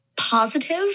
positive